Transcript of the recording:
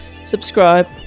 subscribe